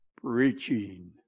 preaching